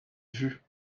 vue